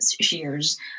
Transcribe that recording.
shears